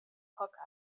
hookah